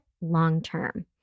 long-term